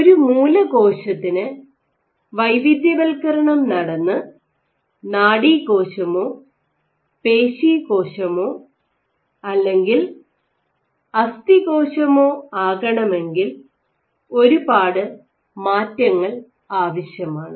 ഒരു മൂല കോശത്തിന് വൈവിധ്യവൽക്കരണം നടന്ന് നാഡീകോശമോ പേശികോശമോ അല്ലെങ്കിൽ അസ്ഥികോശമോ ആകണമെങ്കിൽ ഒരുപാട് മാറ്റങ്ങൾ ആവശ്യമാണ്